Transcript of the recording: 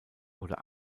oder